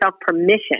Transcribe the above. permission